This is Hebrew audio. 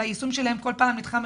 היישום שלהם כל פעם נדחה.